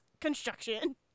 construction